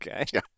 Okay